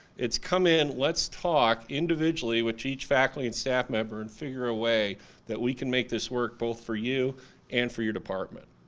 it's come in, let's talk individually with each faculty and staff member and figure a way that we can make this work both for you and for your department.